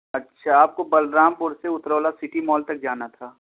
اچھا آپ کو بلرام پور سے اترولہ سٹی مال تک جانا تھا